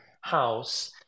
house